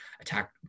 attack